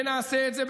ונעשה את זה,